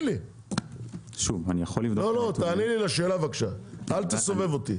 תענה לי לשאלה, אל תסובב אותי.